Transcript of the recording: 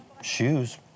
Shoes